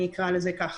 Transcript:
אני אקרא לזה ככה.